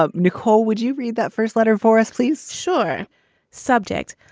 ah nicole would you read that first letter for us please sure subjects.